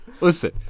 Listen